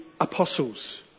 apostles